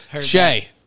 Shay